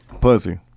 Pussy